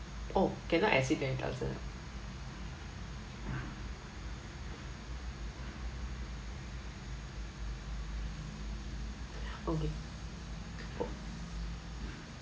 oh cannot exceed ten thousand ah okay